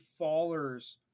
fallers